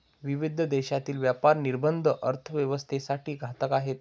विविध देशांतील व्यापार निर्बंध अर्थव्यवस्थेसाठी घातक आहेत